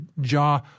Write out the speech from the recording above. jaw